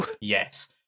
Yes